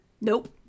Nope